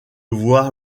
voir